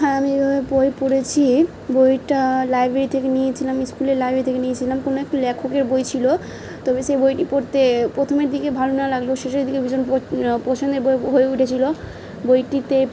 হ্যাঁ আমি এইভাবে বই পড়েছি বইটা লাইব্রেরি থেকে নিয়েছিলাম স্কুলের লাইব্রেরি থেকে নিয়েছিলাম কোনো এক লেখকের বই ছিল তবে সেই বইটি পড়তে প্রথমের দিকে ভালো না লাগলো শেষের দিকে ভীষণ পছন্দের বই হয়ে উঠেছিলো বইটিতে